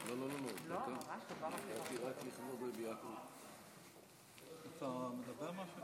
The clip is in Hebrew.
הייתי כרגע בשיחה עם המזכ"ל הנבחר של IPU,